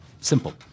Simple